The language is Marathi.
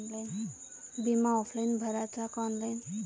बिमा ऑफलाईन भराचा का ऑनलाईन?